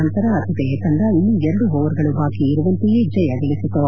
ನಂತರ ಆತಿಥೇಯ ತಂಡ ಇನ್ನೂ ಎರಡು ಓವರ್ ಗಳು ಬಾಕಿ ಇರುವಂತೆಯೇ ಜಯ ಗಳಿಸಿತು